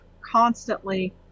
constantly